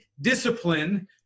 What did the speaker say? discipline